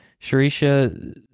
Sharisha